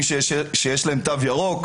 מי שיש לו תו ירוק,